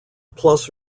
plus